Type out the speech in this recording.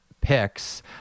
picks